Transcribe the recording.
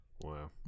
Wow